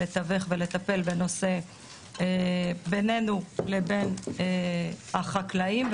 לתווך ולטפל בנושא בינינו לבין החקלאים,